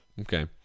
Okay